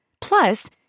Plus